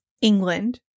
England